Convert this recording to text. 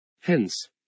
Hence